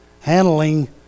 handling